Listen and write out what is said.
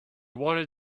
wanted